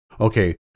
okay